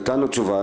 נתנו תשובה.